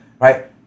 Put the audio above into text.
Right